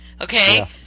okay